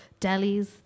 delis